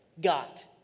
got